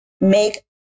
Make